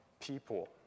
people